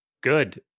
good